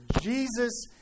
Jesus